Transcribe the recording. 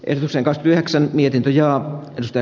en useinkaan jaksa mietintö jackistä